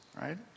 right